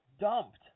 Dumped